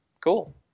cool